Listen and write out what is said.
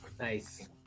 Nice